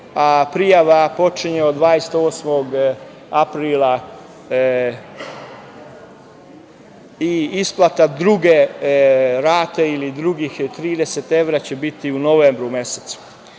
prijava počinje od 28. aprila i isplata druge rate ili drugih 30 evra će biti u novembru mesecu.